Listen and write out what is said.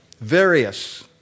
Various